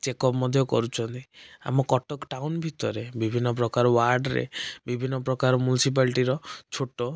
checkup ମଧ୍ୟ କରୁଛନ୍ତି ଆମ କଟକ ଟାଉନ ଭିତରେ ବିଭିନ୍ନ ପ୍ରକାର ୱାର୍ଡ଼ରେ ବିଭିନ୍ନ ପ୍ରକାର ମୁନ୍ସିପାଲ୍ଟିର ଛୋଟ